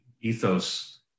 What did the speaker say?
ethos